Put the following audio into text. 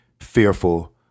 fearful